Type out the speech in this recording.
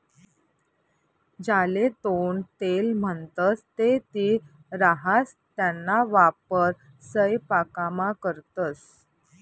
ज्याले गोडं तेल म्हणतंस ते तीळ राहास त्याना वापर सयपाकामा करतंस